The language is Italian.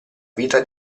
vita